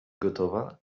gotowa